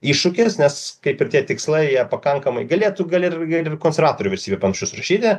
iššūkis nes kaip ir tie tikslai jie pakankamai galėtų gal ir ir konservatorių vyriausybė panašius rašyti